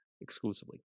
exclusively